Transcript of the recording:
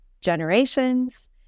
generations